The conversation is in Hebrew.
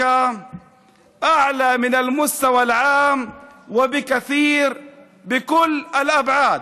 גבוהה בהרבה מהרמה הכללית בכל ההיבטים,